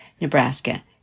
Nebraska